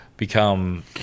become